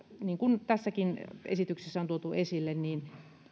niin kuin tässäkin esityksessä on tuotu esille niin